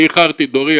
אני איחרתי את דורי,